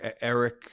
Eric